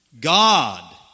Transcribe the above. God